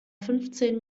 fünfzehn